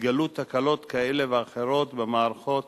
התגלו תקלות כאלה ואחרות במערכות.